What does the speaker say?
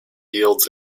yields